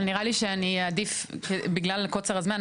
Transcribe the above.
אבל נראה לי שאני אעדיף שבגלל קוצר הזמן,